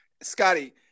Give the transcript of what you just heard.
Scotty